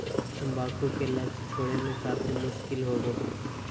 तंबाकू की लत छोड़े में काफी मुश्किल होबो हइ